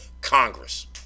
Congress